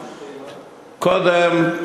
קודם,